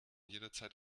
jederzeit